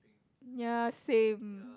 ya same